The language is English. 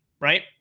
right